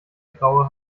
graue